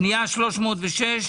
פנייה מספר 306,